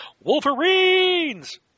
Wolverines